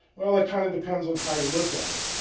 well, that kind of depends on how you look at it.